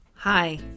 Hi